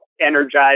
energized